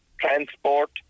transport